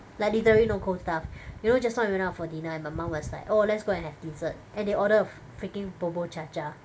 like literally no cold stuff you know just now when we went out for dinner and my mom was like oh let's go and have dessert and they order a freaking bubur cha-cha